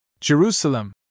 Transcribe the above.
Jerusalem